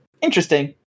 Interesting